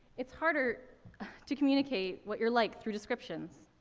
it's harder to communicate what you're like through descriptions.